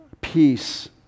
peace